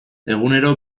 egunero